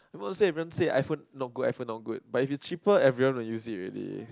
most of them say everyone say iPhone not good iPhone not good but if it's cheaper everyone will use it already